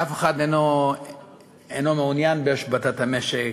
אף אחד אינו מעוניין בהשבתת המשק,